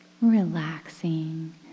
Relaxing